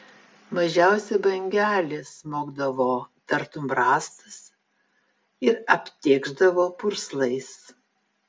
mažiausia bangelė smogdavo tartum rąstas ir aptėkšdavo purslais